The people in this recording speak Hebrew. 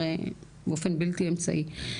הרי באופן בלתי אמצעי,